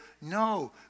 No